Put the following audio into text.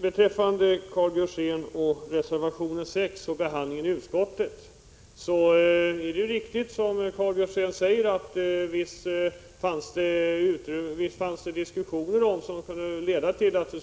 Beträffande behandlingen av reservation 6 i utskottet är det riktigt som Karl Björzén säger, nämligen att det förekom diskussioner som skulle ha kunnat leda till